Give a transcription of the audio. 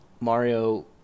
Mario